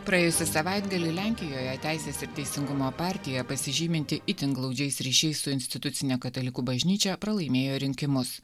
praėjusį savaitgalį lenkijoje teisės ir teisingumo partija pasižyminti itin glaudžiais ryšiais su institucine katalikų bažnyčia pralaimėjo rinkimus